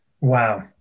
Wow